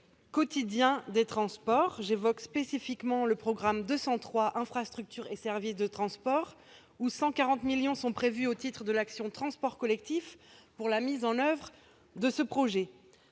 quotidiens des transports. J'évoque spécifiquement le programme 203, « Infrastructures et services de transports », pour lequel 140 millions d'euros sont prévus, au titre de l'action Transports collectifs, pour la mise en oeuvre de ce projet.